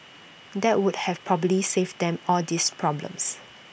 that would have probably saved them all these problems